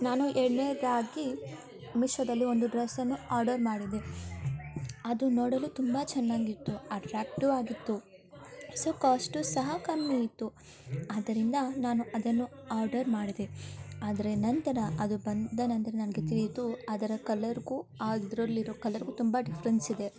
ನಾನು ಎರಡ್ನೇದಾಗಿ ಮಿಶೊದಲ್ಲಿ ಒಂದು ಡ್ರಸ್ಸನ್ನು ಆರ್ಡರ್ ಮಾಡಿದೆ ಅದು ನೋಡಲು ತುಂಬ ಚೆನ್ನಾಗಿತ್ತು ಅಟ್ರ್ಯಾಕ್ಟು ಆಗಿತ್ತು ಸೊ ಕಾಶ್ಟು ಸಹ ಕಮ್ಮಿ ಇತ್ತು ಅದರಿಂದ ನಾನು ಅದನ್ನು ಆರ್ಡರ್ ಮಾಡಿದೆ ಆದರೆ ನಂತರ ಅದು ಬಂದ ನಂತ್ರ ನನಗೆ ತಿಳಿಯಿತು ಅದರ ಕಲರ್ಗೂ ಅದ್ರಲ್ಲಿರೋ ಕಲರ್ಗೂ ತುಂಬ ಡಿಫ್ರೆನ್ಸ್ ಇದೆ